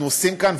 אנחנו עושים כאן,